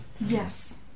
yes